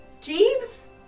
jeeves